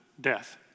death